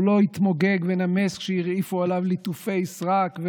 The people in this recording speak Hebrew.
הוא לא התמוגג ונמס כשהרעיפו עליו ליטופי סרק.